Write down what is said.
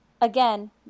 Again